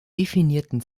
definierten